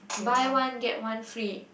buy one get one free